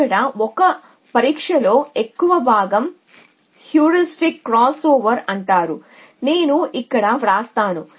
ఇక్కడ 1 పరీక్షలో ఎక్కువ భాగం హ్యూరిస్టిక్ క్రాస్ఓవర్ అంటారు కాబట్టి నేను ఇక్కడ వ్రాస్తాను